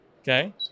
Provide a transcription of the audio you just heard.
Okay